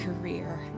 career